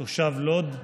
תושב לוד.